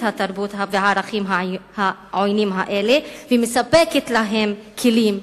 התרבות והערכים העוינים האלה ולספק להם כלים פרקטיים.